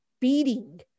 beating